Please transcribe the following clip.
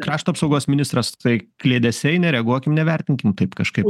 krašto apsaugos ministras tai kliedesiai nereaguokim nevertinkim taip kažkaip